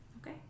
Okay